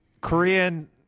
Korean